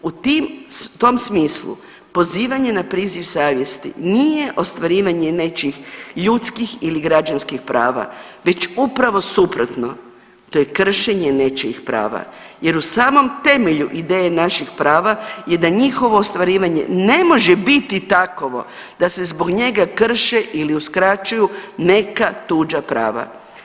U tim, tom smislu pozivanje na priziv savjesti nije ostvarivanje nečijih ljudskih ili građanskih prava već upravo suprotno to je kršenje nečijih prava jer u samom temelju ideje naših prava je da njihovo ostvarivanje ne može biti takovo da se zbog njega krše ili uskraćuju neka tuđa prava.